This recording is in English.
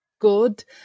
good